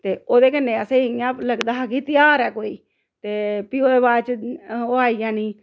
ते ओह्दे कन्नै असें गी इ'यां लगदा हा कि ध्यार ऐ कोई ते फ्ही ओह्दे बाद च ओह् आई जानी